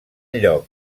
lloc